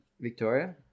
Victoria